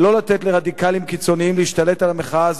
ולא לתת לרדיקלים קיצוניים להשתלט על המחאה